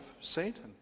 Satan